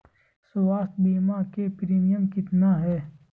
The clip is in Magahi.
स्वास्थ बीमा के प्रिमियम कितना है?